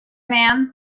man